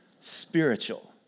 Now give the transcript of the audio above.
spiritual